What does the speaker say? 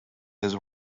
his